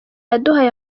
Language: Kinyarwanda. yaduhaye